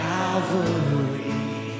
Calvary